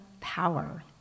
power